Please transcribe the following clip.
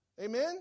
Amen